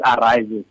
arises